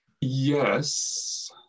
Yes